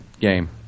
game